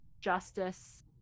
justice